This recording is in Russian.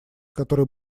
который